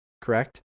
correct